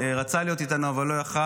שרצה להיות איתנו אבל לא יכול היה,